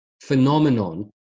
phenomenon